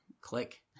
Click